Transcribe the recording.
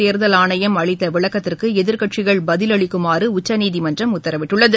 தேர்தல் அளித்தவிளக்கத்திற்கு எதிர்க்கட்சிகள் ஆணையம் பதிலளிக்குமாறுஉச்சநீதிமன்றம் உத்தரவிட்டுள்ளது